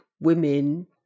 women